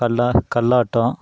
கல்லா கல்லாட்டம்